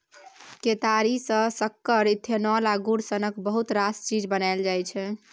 केतारी सँ सक्कर, इथेनॉल आ गुड़ सनक बहुत रास चीज बनाएल जाइ छै